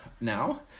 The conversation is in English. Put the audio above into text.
now